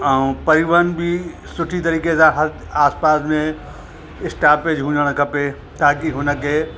ऐं परिवहन बि सुठी तरीक़े सां आसपास में स्टापेज हुजणु खपे ताकी हुनखे